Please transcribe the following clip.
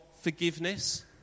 forgiveness